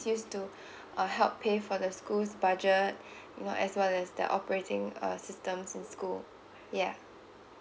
to uh help pay for the schools budget you know as well as their operating uh systems in school yeah